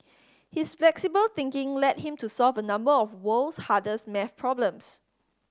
his flexible thinking led him to solve a number of world's hardest maths problems